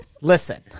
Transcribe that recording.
Listen